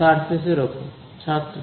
surface এর ওপর